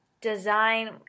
design